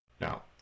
Now